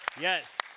Yes